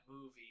movie